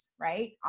right